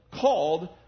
called